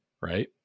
Right